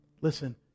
Listen